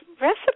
recipe